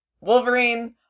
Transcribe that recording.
Wolverine